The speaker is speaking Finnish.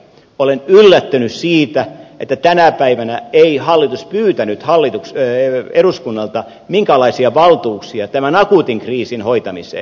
olen yllättynyt siitä että tänä päivänä ei hallitus pyytänyt eduskunnalta minkäänlaisia valtuuksia tämän akuutin kriisin hoitamiseen